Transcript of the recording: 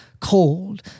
cold